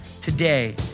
today